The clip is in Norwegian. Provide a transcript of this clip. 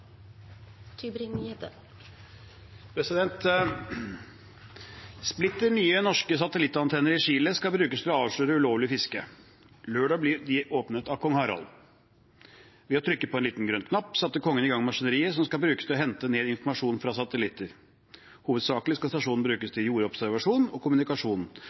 2019. Splitter nye norske satellittantenner i Chile skal brukes til å avsløre ulovlig fiske. Lørdag ble de åpnet av kong Harald. Ved å trykke på en liten grønn knapp satte kongen i gang maskineriet som skal brukes til å hente ned informasjon fra satellitter. Hovedsakelig skal stasjonen brukes til jordobservasjon og kommunikasjon.